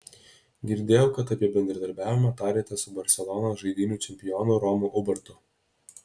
girdėjau kad apie bendradarbiavimą tarėtės su barselonos žaidynių čempionu romu ubartu